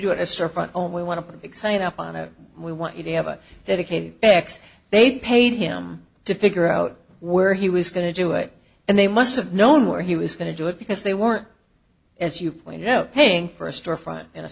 do it a storefront only want to put a big sign up on it we want you to have a dedicated x they paid him to figure out where he was going to do it and they must have known where he was going to do it because they weren't as you pointed out paying for a storefront in a